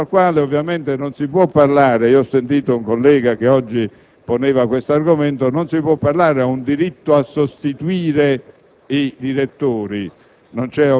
rispetto al quale, ovviamente, non si può parlare (ho sentito un collega che oggi poneva questo argomento) di un diritto di qualcuno a sostituire i direttori.